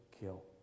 kill